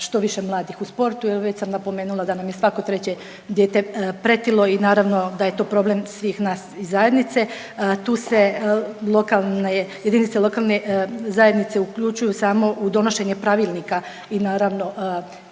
što više mladih u sportu jel već sam napomenula da nam je svako treće dijete pretilo i naravno da je to problem svih nas iz zajednice. Tu se lokalne, jedinice lokalne zajednice uključuju samo u donošenje pravilnika i naravno